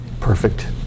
perfect